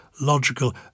logical